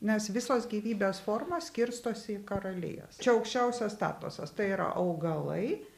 nes visos gyvybės formos skirstosi į karalijas čia aukščiausias statusas tai yra augalai